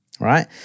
right